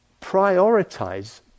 prioritize